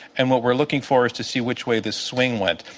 and what we're looking for is to see which way the swing went.